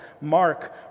Mark